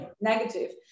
negative